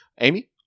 Amy